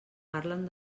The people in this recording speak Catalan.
parlen